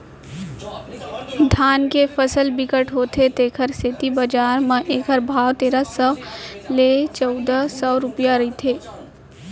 धान के फसल बिकट होथे तेखर सेती बजार म एखर भाव तेरा सव ले चउदा सव रूपिया रहिथे